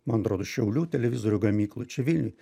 man atrodo šiaulių televizorių gamykla čia vilniuj